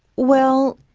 well,